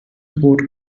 sport